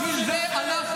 בשביל זה אנחנו,